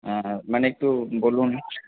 মানে একটু বলুন